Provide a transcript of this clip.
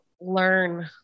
learn